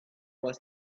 was